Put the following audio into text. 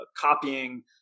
copying